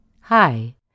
Hi